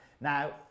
Now